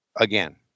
again